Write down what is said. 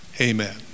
amen